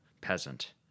peasant